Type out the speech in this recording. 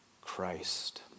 Christ